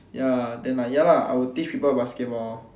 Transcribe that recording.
ya then like ya lah I will teach people basketball